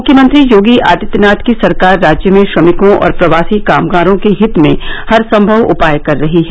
मुख्यमंत्री योगी आदित्यनाथ की सरकार राज्य में श्रमिकों और प्रवासी कामगारों के हित में हर संभव उपाय कर रही है